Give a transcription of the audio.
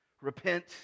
Repent